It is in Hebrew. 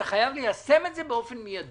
אתה חייב ליישם את זה מיידית.